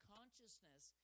Consciousness